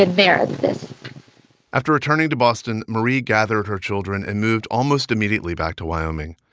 ah merit this after returning to boston, marie gathered her children and moved almost immediately back to wyoming.